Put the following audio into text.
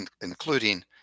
including